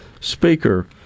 speaker